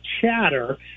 chatter